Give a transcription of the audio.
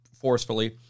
forcefully